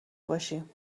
باشیم